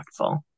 impactful